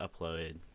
uploaded